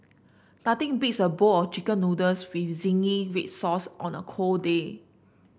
nothing beats a bowl of chicken noodles with zingy red sauce on a cold day